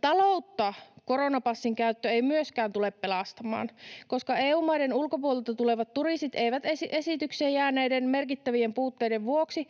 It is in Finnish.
Taloutta koronapassin käyttö ei myöskään tule pelastamaan, koska EU-maiden ulkopuolelta tulevat turistit eivät esitykseen jääneiden merkittävien puutteiden vuoksi